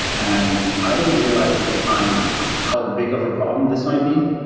and i didn't realize at the time how big of a problem this might be,